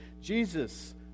Jesus